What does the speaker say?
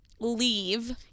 leave